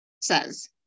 says